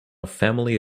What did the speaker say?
family